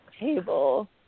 table